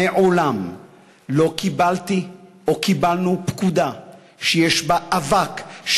מעולם לא קיבלתי או קיבלנו פקודה שיש בה אבק,